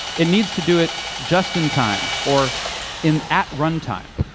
it needs to do it just in time, or in at runtime.